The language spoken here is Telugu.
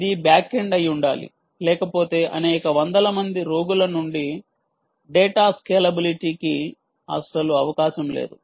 అది బ్యాక్ ఎండ్ అయి ఉండాలి లేకపోతే అనేక వందల మంది రోగుల నుండి డేటా స్కేలబిలిటీ కి అస్సలు అవకాశం లేదు